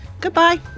Goodbye